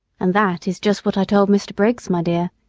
and that is just what i told mr. briggs, my dear,